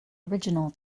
original